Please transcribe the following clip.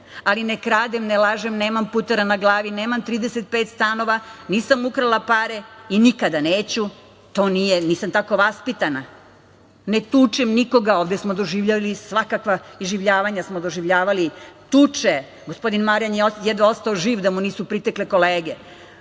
Ali, ne kradem, ne lažem, nemam putera na glavi, nemam 35 stanova, nisam ukrala pare i nikada neću, nisam tako vaspitana. Ja ne tučem nikoga. Ovde smo doživljavali svakakva iživljavanja, tuče. Gospodin Marjan je jedva ostao živ da mu nisu pritekle kolege